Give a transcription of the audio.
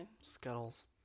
Scuttles